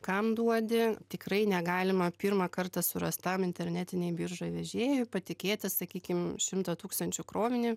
kam duodi tikrai negalima pirmą kartą surastam internetinėj biržoj vežėjui patikėti sakykim šimto tūkstančių krovinį